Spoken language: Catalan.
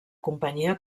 companyia